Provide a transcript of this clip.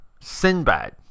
Sinbad